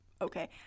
Okay